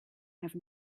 have